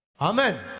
Amen